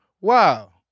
wow